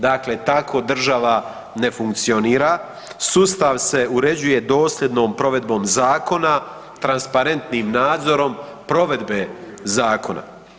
Dakle, tako država ne funkcionira, sustav se uređuje dosljednom provedbom zakona, transparentnim nadzorom provedbe zakona.